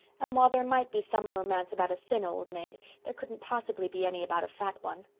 and while there might be some romance about a thin old maid there couldn't possibly be any about a fat one.